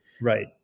Right